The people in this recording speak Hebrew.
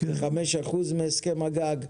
5% מהסכם הגג,